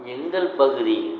எங்கள் பகுதியில்